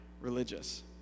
religious